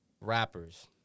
rappers